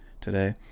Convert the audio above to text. today